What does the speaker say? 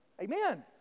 Amen